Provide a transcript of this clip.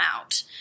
out